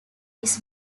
his